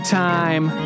time